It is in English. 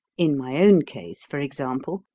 in my own case, for example,